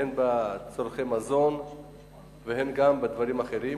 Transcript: הן בצורכי מזון והן בדברים אחרים,